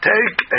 Take